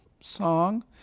song